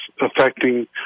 affecting